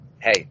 hey